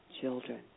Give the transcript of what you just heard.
children